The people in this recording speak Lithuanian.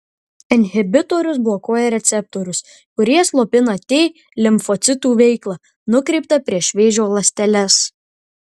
inhibitorius blokuoja receptorius kurie slopina t limfocitų veiklą nukreiptą prieš vėžio ląsteles